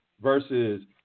versus